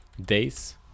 days